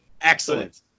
Excellent